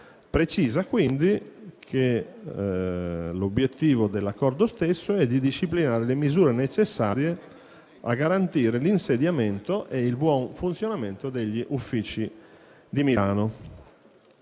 precisa che l'obiettivo dell'Accordo stesso è di disciplinare le misure necessarie a garantire l'insediamento e il buon funzionamento degli uffici di Milano.